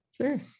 sure